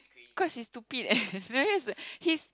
cause he's stupid and he's